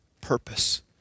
purpose